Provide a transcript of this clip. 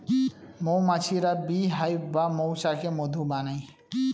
মৌমাছিরা bee hive বা মৌচাকে মধু বানায়